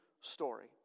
story